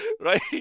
Right